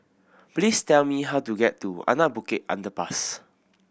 please tell me how to get to Anak Bukit Underpass